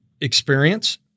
experience